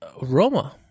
Roma